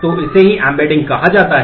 तो इसे ही एम्बेडिंग कहा जाता है